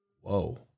Whoa